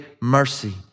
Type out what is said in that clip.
mercy